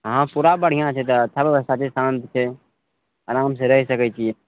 हाँ पुरा बढ़िआँ छै तऽ अच्छा व्यवस्था छै शान्त छै आरामसँ रहि सकय छियै